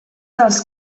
dels